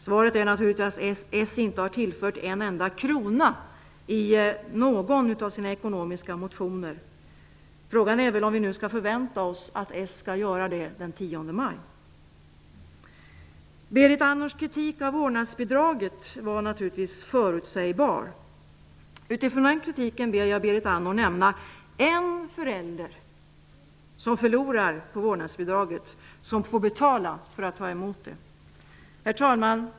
Svaret är naturligtvis att Socialdemokraterna inte har tillfört en enda krona i någon av sina ekonomiska motioner. Frågan är om vi skall förvänta oss att Socialdemokraterna skall göra det den 10 maj. Berit Andnors kritik av vårdnadsbidraget var naturligtvis förutsägbar. Utifrån den kritiken ber jag henne nämna en förälder som förlorar på vårdnadsbidraget eller som får betala för att ta emot det. Herr talman!